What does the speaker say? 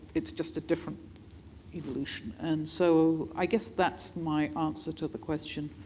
it's just a different evolution. and so i guess that's my answer to the question